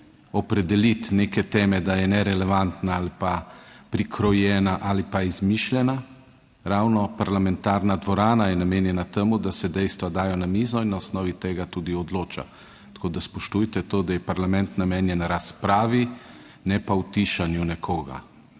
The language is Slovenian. opredeliti neke teme, da je nerelevantna ali pa prikrojena ali pa izmišljena. Ravno parlamentarna dvorana je namenjena temu, da se dejstva dajo na mizo in na osnovi tega tudi odloča. Tako da spoštujte to, da je parlament namenjen razpravi, ne pa utišanju nekoga.